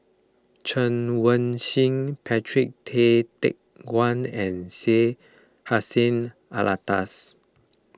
Chen Wen Hsi Patrick Tay Teck Guan and Syed Hussein Alatas